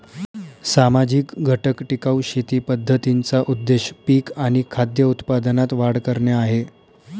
सामाजिक घटक टिकाऊ शेती पद्धतींचा उद्देश पिक आणि खाद्य उत्पादनात वाढ करणे आहे